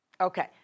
Okay